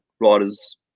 riders